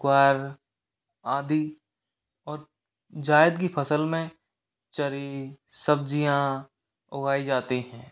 ग्वार आदि और जायद की फसल में चरी सब्जियाँ उगाई जाती हैं